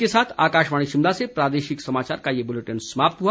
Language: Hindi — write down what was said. इसी के साथ आकाशवाणी शिमला से प्रादेशिक समाचार का ये बुलेटिन समाप्त हुआ